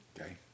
Okay